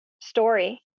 story